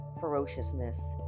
ferociousness